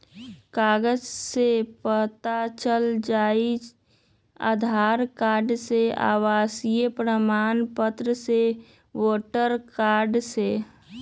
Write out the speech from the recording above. कागज से पता चल जाहई, आधार कार्ड से, आवासीय प्रमाण पत्र से, वोटर कार्ड से?